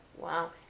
Wow